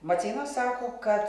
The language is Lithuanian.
maceina sako kad